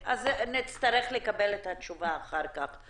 נצטרך לקבל את התשובה אחר כך.